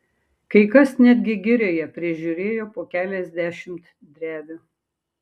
kai kas netgi girioje prižiūrėjo po keliasdešimt drevių